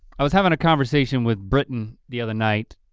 i was having a conversation with britton the other night